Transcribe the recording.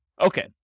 Okay